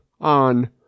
on